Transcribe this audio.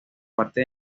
parte